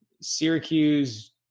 Syracuse